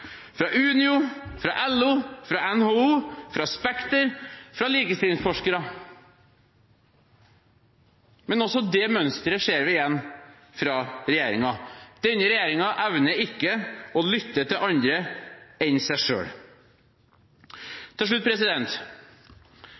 fra Unio, fra LO, fra NHO, fra Spekter og fra likestillingsforskere. Men også det mønsteret ser vi igjen fra regjeringen. Denne regjeringen evner ikke å lytte til andre enn seg selv. Til slutt: